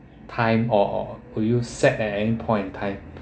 time or were you sad at any point in time